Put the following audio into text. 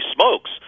smokes